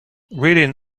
reading